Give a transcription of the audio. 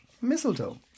Mistletoe